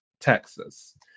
Texas